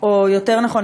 או יותר נכון,